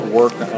work